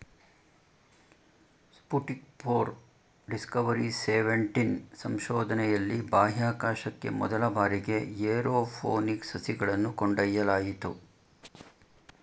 Sputnik four, Discovery seventeen ಸಂಶೋಧನೆಯಲ್ಲಿ ಬಾಹ್ಯಾಕಾಶಕ್ಕೆ ಮೊದಲ ಬಾರಿಗೆ ಏರೋಪೋನಿಕ್ ಸಸಿಗಳನ್ನು ಕೊಂಡೊಯ್ಯಲಾಯಿತು